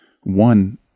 One